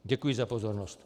Děkuji za pozornost.